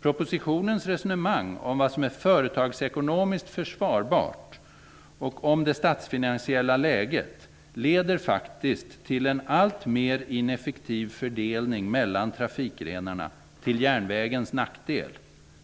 Propositionens resonemang om vad som är företagsekonomiskt försvarbart och om det statsfinansiella läget leder faktiskt till en alltmer ineffektiv fördelning mellan trafikgrenarna till järnvägens nackdel.